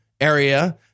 area